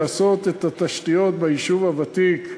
לעשות את התשתיות ביישוב הוותיק,